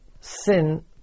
sin